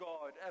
God